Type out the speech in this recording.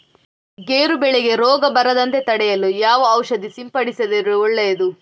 ಗೇರು ಬೆಳೆಗೆ ರೋಗ ಬರದಂತೆ ತಡೆಯಲು ಯಾವ ಔಷಧಿ ಸಿಂಪಡಿಸಿದರೆ ಒಳ್ಳೆಯದು?